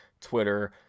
Twitter